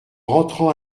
rentrant